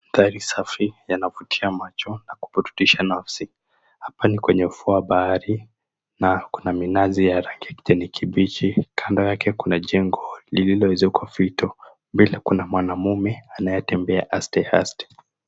Mandhari safi yanavutia macho na kuburudisha nafsi. Hapa ni kwenye ufuo wa bahari na kuna minazi ya rangi ya kijani kibichi. Kado yake kuna jengo lililowezwa kwa fito, mbele kuna mwanaume anae tembea aste aste.